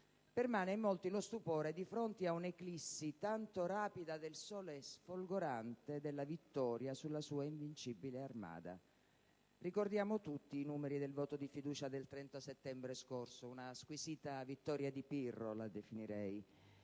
Permane in molti lo stupore di fronte ad un'eclissi tanto rapida del sole sfolgorante della vittoria sulla sua Invincibile Armada. Ricordiamo tutti i numeri del voto di fiducia del 30 settembre scorso (che definirei una squisita vittoria di Pirro), così